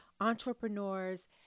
entrepreneurs